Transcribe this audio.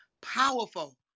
powerful